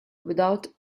without